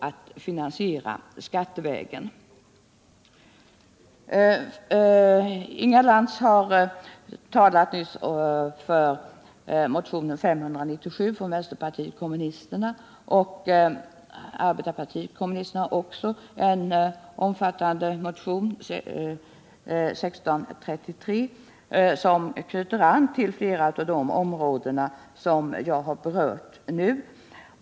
Inga Lantz talade nyss för vänsterpartiet kommunisternas motion 597, och även arbetarpartiet kommunisterna har en omfattande motion, 1633. Dessa motioner knyter an till flera av de områden som jag har berört.